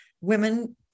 women